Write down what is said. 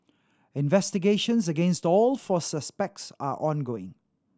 investigations against all four suspects are ongoing